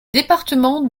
département